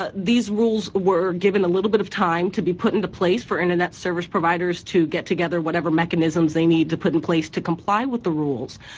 ah these rules were given a little bit of time to be put into place for internet service providers to get together whatever mechanisms they need to put in place to comply with the rules.